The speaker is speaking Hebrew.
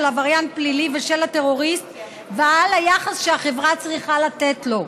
העבריין פלילי ושל הטרוריסט ועל היחס שהחברה צריכה לתת להם.